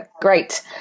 great